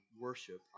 worship